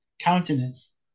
countenance